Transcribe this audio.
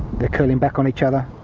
they're curling back on each other.